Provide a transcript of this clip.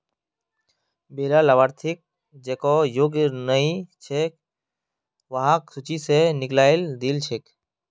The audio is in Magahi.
वैला लाभार्थि जेको योग्य नइ छ वहाक सूची स निकलइ दिल छेक